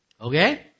Okay